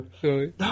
sorry